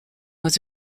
was